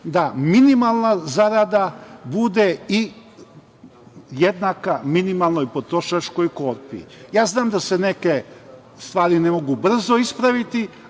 da minimalna zarada bude jednaka minimalnoj potrošačkoj korpi. Ja znam da se neke stvari ne mogu brzo ispraviti,